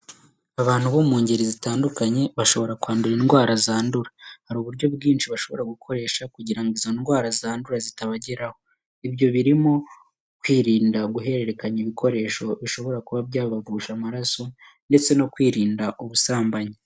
Abantu bo mu ngeri zitandukanye bashobora kwandura indwara zandura, hari uburyo bwinshi bashobora gukoresha kugira ngo izo ndwara zandura zitabageraho, ibyo birimo kwirinda guhererekanya ibikoresho bishobora kuba byabavusha amaraso ndetse no kwirinda ubusambanyi.